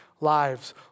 lives